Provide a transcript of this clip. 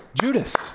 Judas